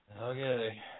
Okay